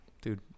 dude